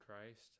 Christ